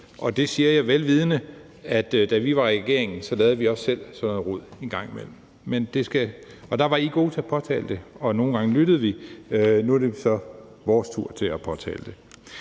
Det siger jeg, vel vidende at da vi var i regering, lavede vi også selv sådan noget rod en gang imellem. Men der var I gode til at påtale det, og nogle gange lyttede vi. Nu er det så vores tur til at påtale det.